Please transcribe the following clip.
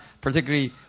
particularly